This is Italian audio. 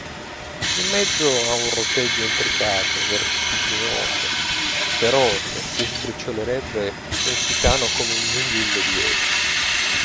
in mezzo a un roteggio intricato vertiginoso feroce che sbricciolerebbe un titano come un gingillo di vetro